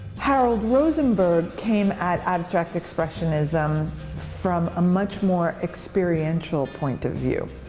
harold rosenberg came at abstract expressionism from a much more experiential point of view.